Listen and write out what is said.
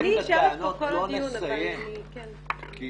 יש